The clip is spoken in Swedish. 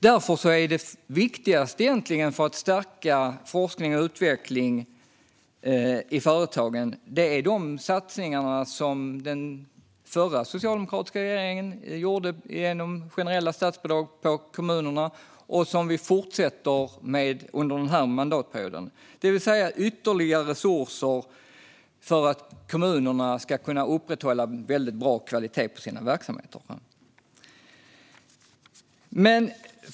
Därför är det viktigaste för att stärka forskning och utveckling i företagen egentligen de satsningar som den förra socialdemokratiska regeringen gjorde genom generella statsbidrag till kommunerna och som vi fortsätter med under den här mandatperioden. Det handlar alltså om ytterligare resurser för att kommunerna ska kunna upprätthålla en god kvalitet i sina verksamheter.